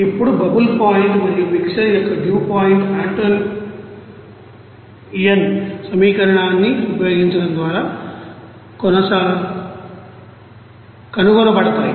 ఇప్పుడు bubble point మరియు mixer యొక్క డ్యూపాయింట్ ఆంటోయిన్ సమీకరణాన్ని ఉపయోగించడం ద్వారా కనుగొనబడతాయి